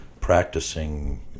practicing